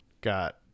Got